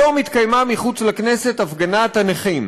היום התקיימה מחוץ לכנסת הפגנת הנכים,